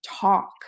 talk